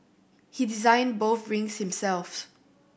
he designed both rings himself